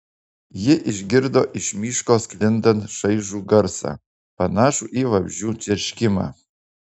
ji išgirdo iš miško sklindant šaižų garsą panašų į vabzdžių čerškimą